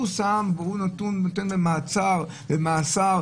הוא שם במעצר ובמאסר,